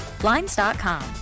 Blinds.com